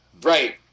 Right